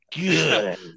Good